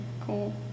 cool